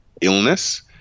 illness